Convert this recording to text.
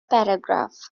paragraph